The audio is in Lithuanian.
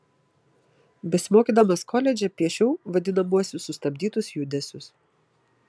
besimokydamas koledže piešiau vadinamuosius sustabdytus judesius